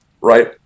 right